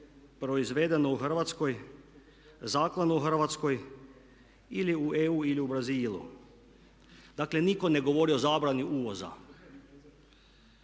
proizvedeno u Hrvatskoj, zakon o Hrvatskoj ili u EU ili u Brazilu. Dakle, nitko ne govori o zabrani uvoza